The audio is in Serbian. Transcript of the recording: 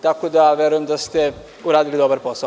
Tako da, verujem da ste uradili dobar posao.